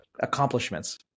accomplishments